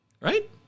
Right